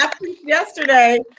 yesterday